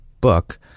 book